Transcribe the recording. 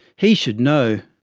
he should know.